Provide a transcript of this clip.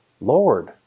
Lord